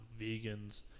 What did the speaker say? Vegans